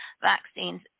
vaccines